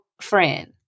friend